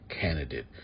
candidate